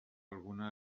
alguna